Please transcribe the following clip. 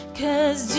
cause